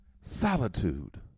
Solitude